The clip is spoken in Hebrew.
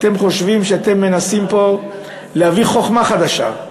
אתם חושבים שאתם מנסים פה להביא חוכמה חדשה,